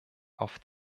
auf